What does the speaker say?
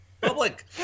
public